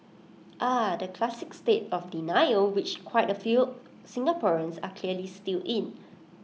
ah the classic state of denial which quite A few Singaporeans are clearly still in